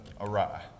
awry